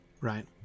Right